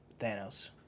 Thanos